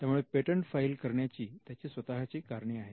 त्यामुळे patent file करण्याची त्याची स्वतःचे कारण आहेत